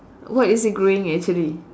what is it growing actually